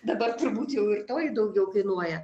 dabar turbūt jau ir toji daugiau kainuoja